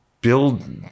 build